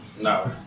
No